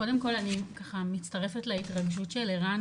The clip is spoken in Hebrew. קודם כל אני מצטרפת להתרגשות של ערן